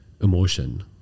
emotion